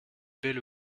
belle